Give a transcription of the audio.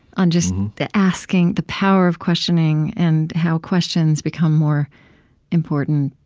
on just the asking the power of questioning and how questions become more important.